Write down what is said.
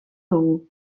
dugu